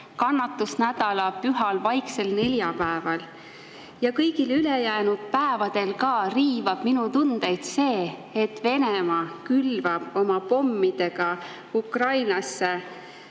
kannatusnädala pühal, vaiksel neljapäeval ja ka kõigil ülejäänud päevadel riivab minu tundeid see, et Venemaa külvab oma pommidega Ukrainasse